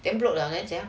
then broke liao then 这样